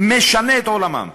משנים את עולמם.